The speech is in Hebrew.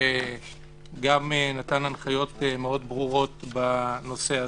שגם נתן הנחיות מאוד ברורות בנושא הזה.